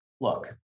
look